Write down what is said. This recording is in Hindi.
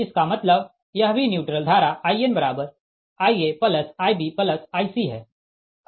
इसका मतलब यह भी न्यूट्रल धारा InIaIbIc है